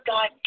God